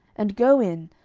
and go in,